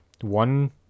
one